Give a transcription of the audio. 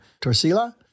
Torsila